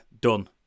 done